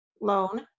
loan